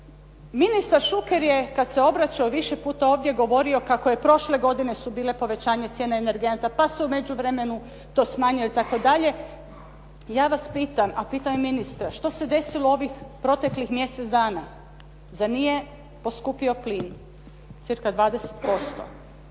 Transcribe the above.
Ministar Šuker kada se obraćao više puta ovdje govorio kako je prošle godine su bile povećanje cijene energenata, pa se u međuvremenu to smanjuje itd. Ja vas pitam, a pitam i ministra što se desilo ovih proteklih mjesec dana? Zar nije poskupio plin cca 20%?